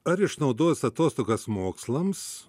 ar išnaudojus atostogas mokslams